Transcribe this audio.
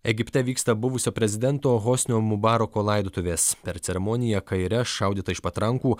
egipte vyksta buvusio prezidento hosnio mubarako laidotuvės per ceremoniją kaire šaudyta iš patrankų